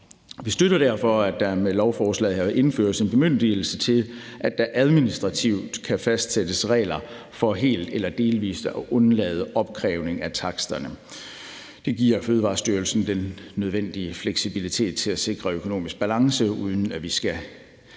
Vi støtter, at der med lovforslaget her indføres en bemyndigelse til, at der administrativt kan fastsættes regler for helt eller delvis at undlade opkrævning af taksterne. Det giver Fødevarestyrelsen den nødvendige fleksibilitet til at sikre økonomisk balance, uden at vi skal